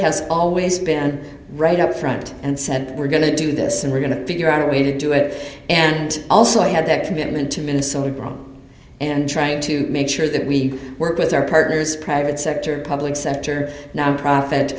has always been right up front and said we're going to do this and we're going to figure out a way to do it and also have that commitment to minnesota grow and try to make sure that we work with our partners private sector public sector nonprofit